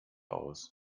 aus